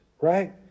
Right